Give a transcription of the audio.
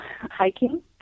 hiking